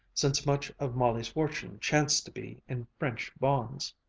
since much of molly's fortune chanced to be in french bonds.